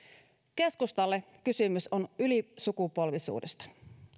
keskustalle kysymys on ylisukupolvisuudesta